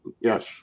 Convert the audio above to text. yes